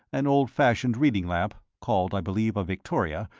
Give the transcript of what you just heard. an old-fashioned reading lamp, called, i believe, a victoria,